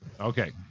Okay